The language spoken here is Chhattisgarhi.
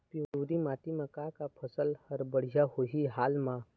पिवरी माटी म का का फसल हर बढ़िया होही हाल मा?